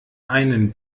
einen